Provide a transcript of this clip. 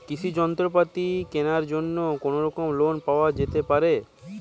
কৃষিযন্ত্রপাতি কেনার জন্য কোনোরকম লোন পাওয়া যেতে পারে?